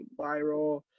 viral